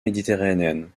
méditerranéenne